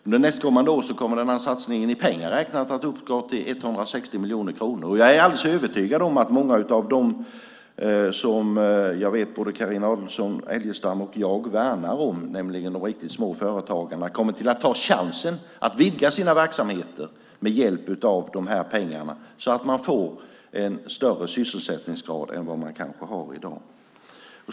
Under nästkommande år kommer denna satsning i pengar räknat att uppgå till 160 miljoner kronor. Jag är helt övertygad om att många av dem som både Carina Adolfsson Elgestam och jag värnar om, nämligen de riktigt små företagarna, kommer att ta chansen att vidga sina verksamheter med hjälp av dessa pengar för att få en högre sysselsättningsgrad än vad man har i dag.